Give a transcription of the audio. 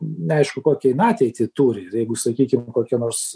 neaišku kokią jin ateitį turi ir jeigu sakykim kokie nors